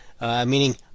meaning